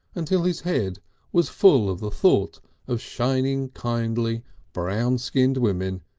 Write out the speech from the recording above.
until his head was full of the thought of shining kindly brown-skinned women,